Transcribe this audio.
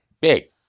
Big